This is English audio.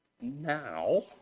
now